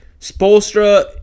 Spolstra